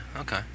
Okay